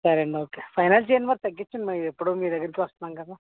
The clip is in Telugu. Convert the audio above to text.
సరే అండి ఓకే ఫైనల్ చేయండి మరి తగ్గించండి మరి ఎప్పుడూ మీ దగ్గరకే వస్తున్నాం కదా